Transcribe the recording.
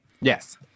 Yes